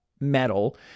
metal